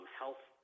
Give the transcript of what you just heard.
health